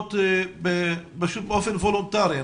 מצלמות באופן וולונטרי?